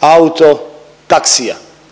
autotaksjia,